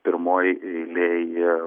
pirmoj eilėj